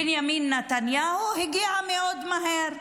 בנימין נתניהו, הגיעה מאוד מהר.